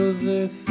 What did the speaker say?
Joseph